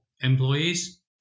employees